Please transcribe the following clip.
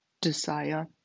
desire